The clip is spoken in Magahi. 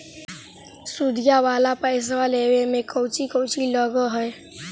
सुदिया वाला पैसबा लेबे में कोची कोची लगहय?